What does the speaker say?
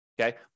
Okay